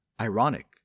Ironic